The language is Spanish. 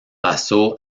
pasó